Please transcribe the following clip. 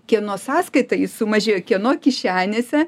kieno sąskaita jis sumažėjo kieno kišenėse